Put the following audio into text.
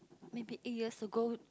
maybe eight years ago